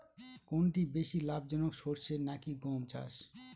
কোনটি বেশি লাভজনক সরষে নাকি গম চাষ?